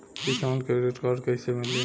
किसान credit card कइसे मिली?